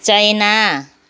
China